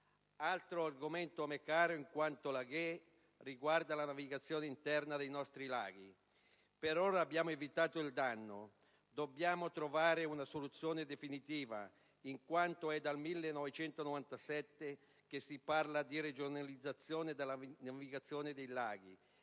Altro argomento a me caro, in quanto "laghée", riguarda la navigazione interna dei nostri laghi. Per ora abbiamo evitato il danno; dobbiamo trovare una soluzione definitiva in quanto è dal 1997 che si parla di regionalizzazione della navigazione dei laghi,